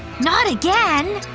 not again!